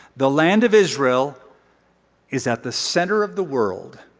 the land of israel is at the center of the world,